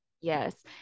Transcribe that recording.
yes